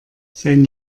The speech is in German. sein